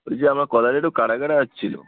বলছি আপনার কথাটা একটু কাটা কাটা আসছিলো